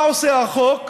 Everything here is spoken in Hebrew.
מה עושה החוק?